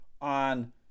on